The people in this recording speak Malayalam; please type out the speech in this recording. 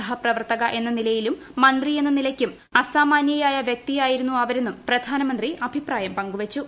സഹപ്രവർത്തക എന്ന നിലയിലും മന്ത്രി എന്ന നിലയ്ക്കും അസാമാന്യയായിപ്പ്യക്തിയായിരുന്നു അവരെന്നും പ്രധാനമന്ത്രി അഭിപ്രായുള്ളൂർക്കുവച്ചു